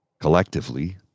Collectively